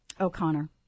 O'Connor